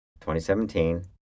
2017